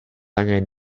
angen